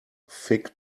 fig